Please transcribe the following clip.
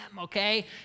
Okay